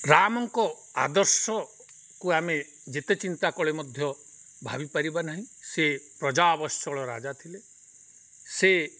ରାମଙ୍କ ଆଦର୍ଶକୁ ଆମେ ଯେତେ ଚିନ୍ତା କଲେ ମଧ୍ୟ ଭାବିପାରିବା ନାହିଁ ସେ ପ୍ରଜାଵଶ୍ଚଳ ରାଜା ଥିଲେ ସେ